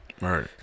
Right